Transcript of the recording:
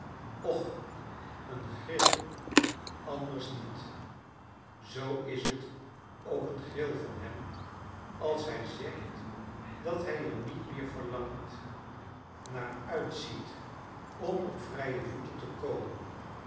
och een gril anders niet zoo is t ook een gril van hem als hij zegt dat hi er niet meer verlangend naar uitziet om op vrije voeten te komen